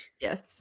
Yes